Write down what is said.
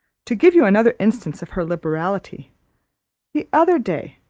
to give you another instance of her liberality the other day,